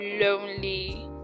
lonely